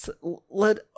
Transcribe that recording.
let